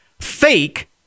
fake